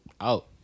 out